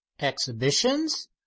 Exhibitions